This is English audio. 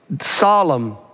solemn